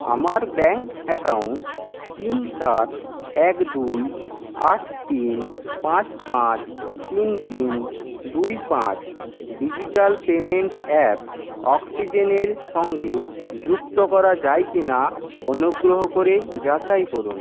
আমার bank account তিন সাত এক দুই আট তিন পাঁচ পাঁচ তিন তিন দুই পাঁচ ডিজিটাল পেমেন্ট অ্যাপ অক্সিজেনের সঙ্গে যুক্ত করা যায় কি না অনুগ্রহ করে যাচাই করুন